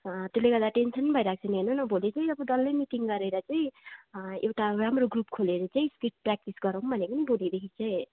त्यसले गर्दाखेरि टेन्सन भइरहेको छ नि हेर्नु न भोलि चाहिँ अब डल्लै मिटिङ गरेर चाहिँ एउटा राम्रो ग्रुप खोलेर चाहिँ स्किट प्र्याक्टिस गरौँ भनेको नि भोलिदेखि चाहिँ